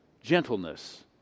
gentleness